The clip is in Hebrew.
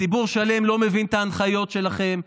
ציבור שלם לא מבין את ההנחיות שלכם,